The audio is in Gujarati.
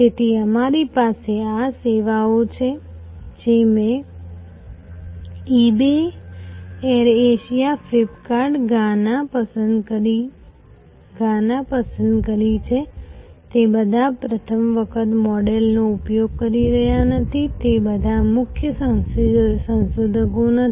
તેથી અમારી પાસે આ ચાર સેવાઓ છે જે મેં eBay Air Asia Flipkart Gaana પસંદ કરી છે તે બધા પ્રથમ વખત મોડેલનો ઉપયોગ કરી રહ્યાં નથી તે બધા મુખ્ય સંશોધકો નથી